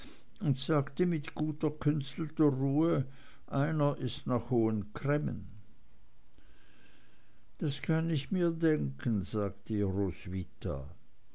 und sagte mit gut erkünstelter ruhe einer ist nach hohen cremmen das kann ich mir denken sagte roswitha